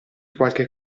qualche